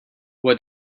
what